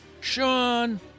Sean